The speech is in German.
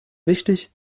wichtig